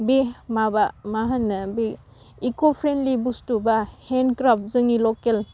बे माबा मा होनो बे इक' फ्रेन्डलि बस्तु बा हेन्डक्राफ्ट जोंनि लकेल